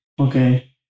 Okay